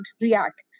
react